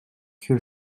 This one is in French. que